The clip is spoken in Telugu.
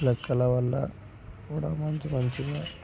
లెక్కల వల్ల కూడా మంచి మంచిగా